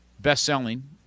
best-selling